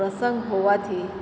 પ્રસંગ હોવાથી